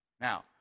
Now